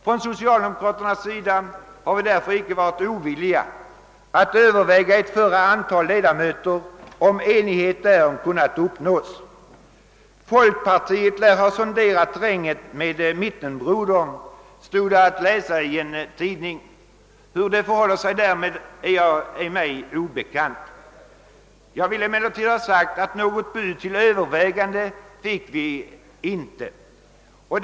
Från socialdemokratiskt håll har vi därför icke varit ovilliga att överväga ett mindre antal ledamöter, om enighet därom kunnat uppnås. »Folkpartiet lär ha sonderat terrängen med mittenbrodern», stod att läsa i en tidning. Hur det förhåller sig därmed är mig obekant. Jag vill emellertid ha sagt att vi inte fått något bud att överväga.